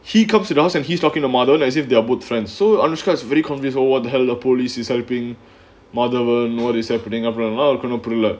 he comes to the house and he's talking to madhavan as if they're good friends so anushka is very convinced oh what the hell a police is helping madhavan what is happening அப்புறம் எல்லாம் அவளுக்கு புரில:appuram ellaam avalukku purila